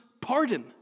pardon